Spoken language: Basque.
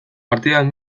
partidan